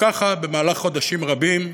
וככה במהלך חודשים רבים,